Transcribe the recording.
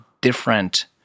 different